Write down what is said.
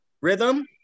rhythm